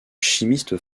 chimiste